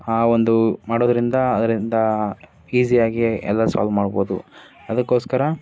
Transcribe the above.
ಆ ಒಂದು ಮಾಡೋದರಿಂದ ಅದರಿಂದ ಈಸಿ ಆಗಿ ಎಲ್ಲ ಸಾಲ್ವ್ ಮಾಡ್ಬೋದು ಅದಕ್ಕೋಸ್ಕರ